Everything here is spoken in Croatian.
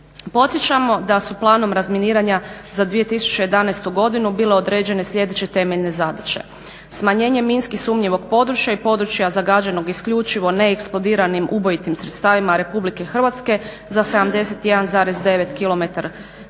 Podsjećamo da su Planom razminiranja za 2011. godinu bile određene sljedeće temeljne zadaće: smanjenje minski sumnjivog područja i područja zagađenog isključivo neeksplodiranim ubojitim sredstvima RH za 71,9